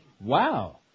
Wow